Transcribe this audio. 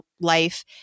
life